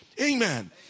Amen